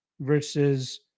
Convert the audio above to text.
versus